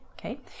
Okay